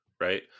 right